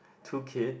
two kid